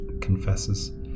confesses